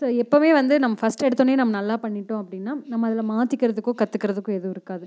so எப்பவுமே வந்து நம்ம ஃபஸ்ட்டு எடுத்தோன்னே நம்ம நல்லா பண்ணிவிட்டோம் அப்படின்னால் நம்ம அதில் மாற்றிக்கிறதுக்கோ கற்றுக்குறதுக்கோ எதுவும் இருக்காது